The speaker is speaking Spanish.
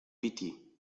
piti